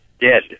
dead